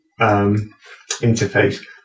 interface